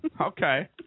Okay